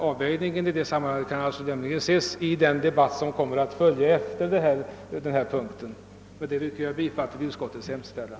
Avvägningen i detta avseende får vi ta upp i den debatt som kommer att föras på en senare punkt. Med det sagda yrkar jag bifall till utskottets hemställan.